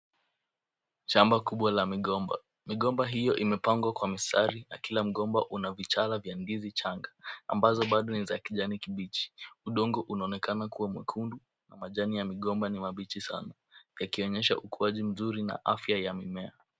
Shamba kubwa la migomba. Migomba hiyo imepangwa kwa mistari, na kila mgomba una vichala vya ndizi changa, ambazo bado ni za kijani kibichi. Udongo unaonekana kuwa mwekundu na majani ya migomba ni mabichi sana, yakionyesha ukuaji mzuri na afya ya mimea.